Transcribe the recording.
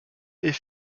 est